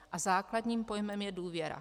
A základním pojmem je důvěra.